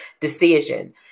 decision